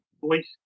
voice